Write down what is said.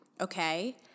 okay